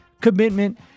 commitment